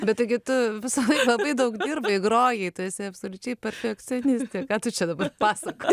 bet taigi tu visąlaik labai daug dirbai grojai tu esi absoliučiai perfekcionistė ką tu čia dabar pasakoj